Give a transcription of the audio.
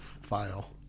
file